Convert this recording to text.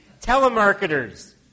Telemarketers